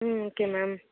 ம் okay ma'am